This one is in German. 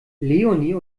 leonie